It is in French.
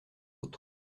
autres